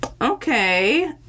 okay